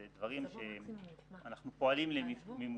אלה דברים שאנחנו פועלים למימושם